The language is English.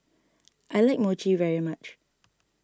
I like Mochi very much